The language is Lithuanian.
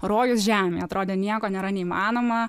rojus žemėj atrodė nieko nėra neįmanoma